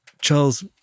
Charles